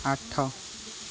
ଆଠ